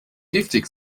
giftig